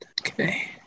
Okay